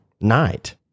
Night